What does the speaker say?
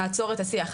נעצור את השיח,